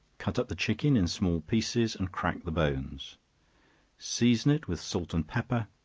cut up the chicken in small pieces, and crack the bones season it with salt and pepper,